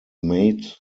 made